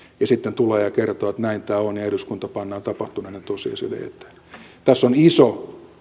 ja sitten tulee ja kertoo että näin tämä on ja eduskunta pannaan tapahtuneiden tosiasioiden eteen tässä on iso